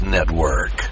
Network